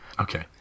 Okay